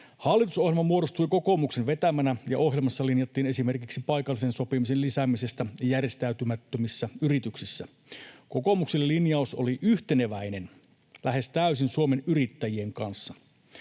Hallitusohjelma muodostui kokoomuksen vetämänä, ja ohjelmassa linjattiin esimerkiksi paikallisen sopimisen lisäämisestä järjestäytymättömissä yrityksissä. Kokoomuksen linjaus oli yhteneväinen, lähes täysin, Suomen Yrittäjien kanssa.